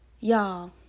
Y'all